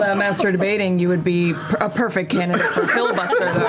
ah master debating, you would be a perfect candidate for filibuster